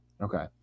Okay